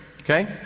okay